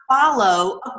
Follow